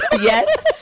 yes